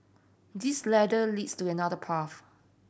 this ladder leads to another path